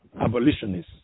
abolitionists